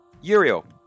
Uriel